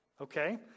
Okay